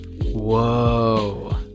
Whoa